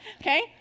Okay